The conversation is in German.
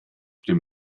dem